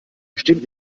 bestimmt